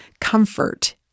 comfort